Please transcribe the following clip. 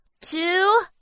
two